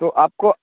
तो आपको